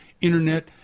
Internet